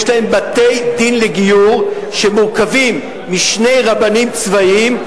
יש להם בתי-דין לגיור שמורכבים משני רבנים צבאיים,